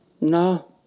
No